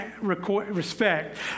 respect